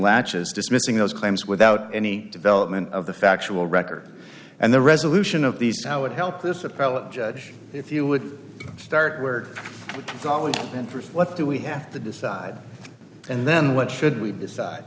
latches dismissing those claims without any development of the factual record and the resolution of these how would help this appellate judge if you would start where and for what do we have to decide and then what should we decide